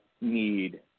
need